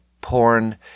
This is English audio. porn